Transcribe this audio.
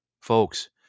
Folks